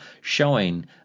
showing